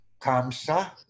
Kamsa